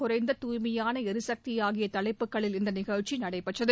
குறைந்த தூய்மையான எரிசக்தி ஆகிய தலைப்புகளில் இந்த நிகழ்ச்சி நடைபெற்றது